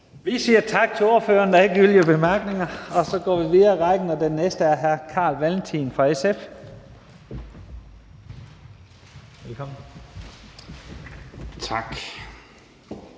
Vi siger tak til ordføreren. Der er ikke yderligere korte bemærkninger. Så går vi videre i rækken, og den næste er hr. Carl Valentin fra SF. Velkommen. Kl.